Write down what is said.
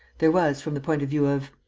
there was, from the point of view of